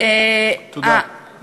תודה.